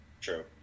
True